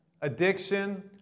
addiction